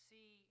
See